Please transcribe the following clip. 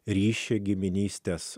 ryšį giminystės